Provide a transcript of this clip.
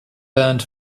burned